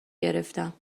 گرفتم